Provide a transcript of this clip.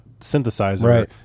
synthesizer